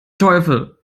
teufel